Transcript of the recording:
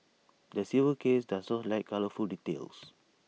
the civil case does not lack colourful details